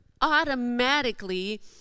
automatically